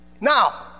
Now